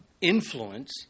influence